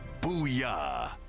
Booyah